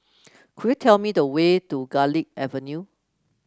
could you tell me the way to Garlick Avenue